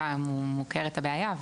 הבעיה מוכרת,